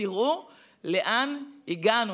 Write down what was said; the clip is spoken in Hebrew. תראו לאן הגענו,